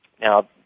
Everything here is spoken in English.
Now